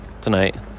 tonight